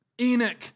Enoch